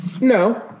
No